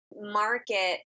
market